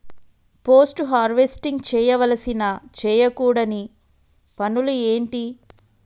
Post harvesting చేయవలసిన చేయకూడని పనులు ఏంటి?